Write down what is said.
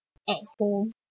at home